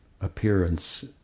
appearance